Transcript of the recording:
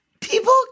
people